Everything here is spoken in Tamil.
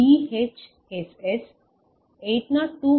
S T